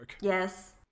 Yes